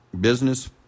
business